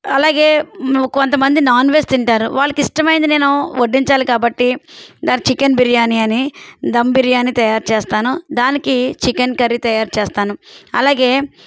అలాగే కొంతమంది non veg తింటారు వాళ్ళకిష్టమైంది నేను వడ్డించాలి కాబట్టి దాన్ని చికెన్ బిర్యానీ అని ధమ్ బిర్యాని తయారు చేస్తాను దానికి చికెన్ కర్రీ తయారు చేస్తాను అలాగే